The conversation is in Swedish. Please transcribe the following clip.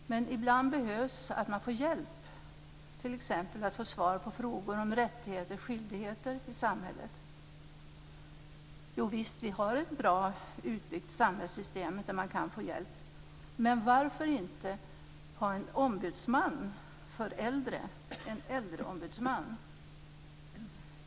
Men ibland behövs hjälp med att få svar på frågor om rättigheter och skyldigheter i samhället. Jovisst, vi har ett bra utbyggt samhällssystem där det går att få hjälp. Men varför inte ha en ombudsman för äldre, en äldreombudsman?